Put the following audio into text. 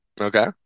Okay